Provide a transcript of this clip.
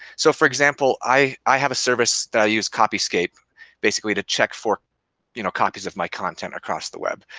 so for example, i i have a service that i use copyscape basically to check for you know copies of my content across the web.